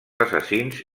assassins